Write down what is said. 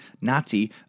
Nazi